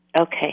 Okay